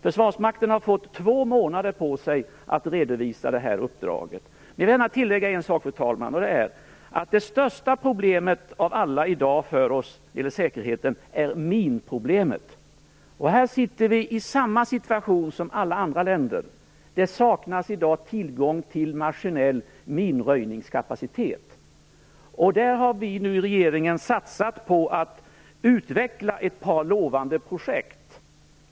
Försvarsmakten har fått två månader på sig att redovisa detta uppdrag. Jag vill gärna tillägga en sak, fru talman, och det är att det största problemet av alla för oss i dag när det gäller säkerheten är minproblemet. Här befinner vi oss i samma situation som alla andra länder. Det saknas i dag tillgång till maskinell minröjningskapacitet. Vi har nu i regeringen satsat på att utveckla ett par lovande projekt.